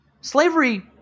slavery